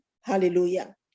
hallelujah